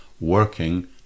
working